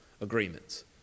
agreements